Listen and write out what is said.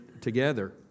together